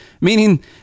meaning